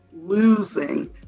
losing